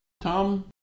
Tom